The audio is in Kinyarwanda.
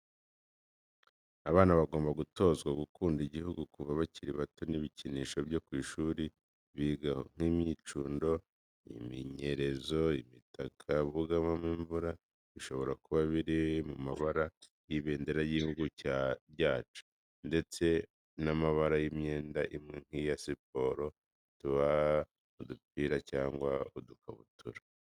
Abana bagomba gutozwa gukunda igihugu kuva bakiri bato, n'ibikinisho byo ku ishuri bigaho: nk'imyicungo, iminyerezo, imitaka bugamamo imvura, bishobora kuba biri mu mabara y'ibendera ry'igihugu cyacu, ndetse m'amabara y'imyenda imwe nk'iya siporo, twaba udupira cyangwa udukabutura.